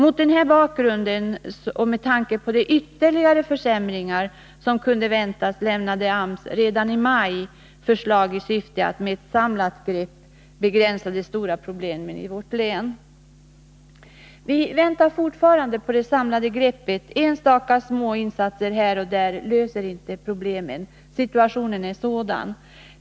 Mot den bakgrunden och med tanke på de ytterligare försämringar som kunde väntas lämnade AMS redan i maj förslag i syfte att med ett samlat grepp begränsa de stora problemen i vårt län. Vi väntar fortfarande på regeringens samlade grepp. Små insatser här och där löser inte problemen. Situationen är sådan.